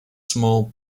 small